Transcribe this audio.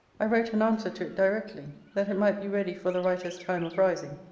i wrote an answer to it directly, that it might be ready for the writer's time of rising.